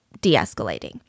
de-escalating